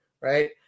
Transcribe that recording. right